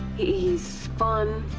he's fun,